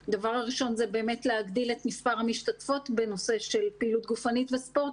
באמת להגדיל את מספר המשתתפות בפעילות גופנית וספורט.